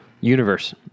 universe